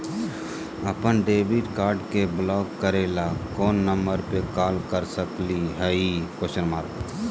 अपन debit card के block करे ला कौन नंबर पे कॉल कर सकली हई?